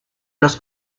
los